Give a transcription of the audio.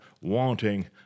wanting